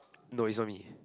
no it's not me